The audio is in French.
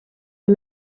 les